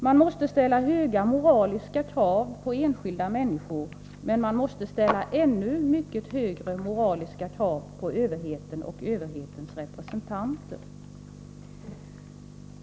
Man måste ställa höga moraliska krav på enskilda människor, men man måste ställa ännu mycket högre moraliska krav på överheten och dess representanter.